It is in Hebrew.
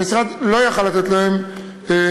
המשרד לא יכול לתת להם מקדמה.